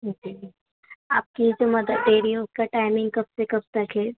جی آپ کی جو مدر ڈیری ہے اس کا ٹائمنگ کب سے کب تک ہے